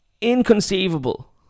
inconceivable